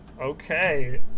Okay